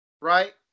Right